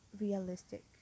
realistic